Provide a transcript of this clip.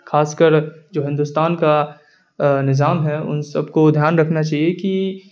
خاص کر جو ہندوستان کا نظام ہے ان سب کو دھیان رکھنا چاہیے کہ